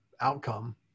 outcome